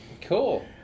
Cool